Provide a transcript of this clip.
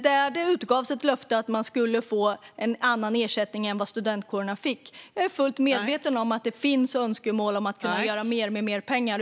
Det utgavs ett löfte att de skulle få en annan ersättning än vad studentkårerna då fick. Jag är fullt medveten om att det finns önskemål om att kunna göra mer med mer pengar.